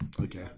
Okay